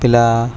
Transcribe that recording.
પેલા